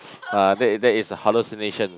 ah that is that is a hallucination